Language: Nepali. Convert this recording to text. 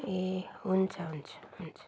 ए हुन्छ हुन्छ हुन्छ